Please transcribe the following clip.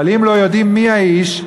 אבל אם לא יודעים מי האיש,